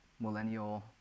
millennial